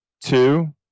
Two